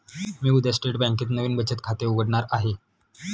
मी उद्या स्टेट बँकेत नवीन बचत खाते उघडणार आहे